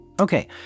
Okay